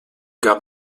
gab